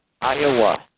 Iowa